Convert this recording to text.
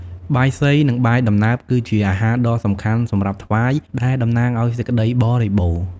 បាយសី និងបាយដំណើប គឺជាអាហារដ៏សំខាន់សម្រាប់ថ្វាយ ដែលតំណាងឲ្យសេចក្តីបរិបូរណ៍។